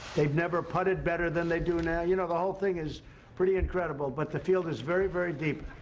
they have never putted better than they do now. you know, the whole thing is pretty incredible. but the field is very, very deep.